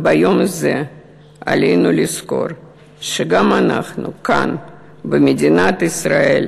וביום הזה עלינו לזכור שגם אנחנו כאן במדינת ישראל